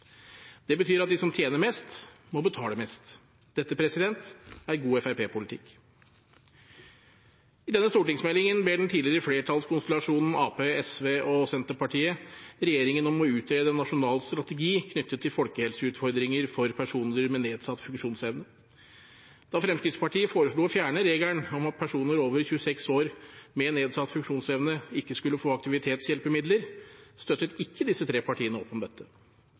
Det betyr at de som tjener mest, må betale mest. Dette er god Fremskrittsparti-politikk. I denne stortingsmeldingen ber den tidligere flertallskonstellasjonen Arbeiderpartiet, SV og Senterpartiet regjeringen om å utrede en nasjonal strategi knyttet til folkehelseutfordringer for personer med nedsatt funksjonsevne. Da Fremskrittspartiet foreslo å fjerne regelen om at personer over 26 år med nedsatt funksjonsevne ikke skulle få aktivitetshjelpemidler, støttet ikke disse tre partiene opp om dette.